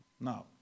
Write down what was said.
now